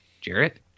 Jarrett